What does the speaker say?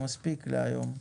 מספיק להיום מהזום,